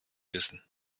wissen